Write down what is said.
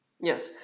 Yes